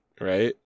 Right